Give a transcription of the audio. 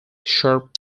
sharp